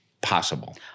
possible